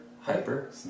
Hyper